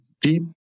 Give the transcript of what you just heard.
deep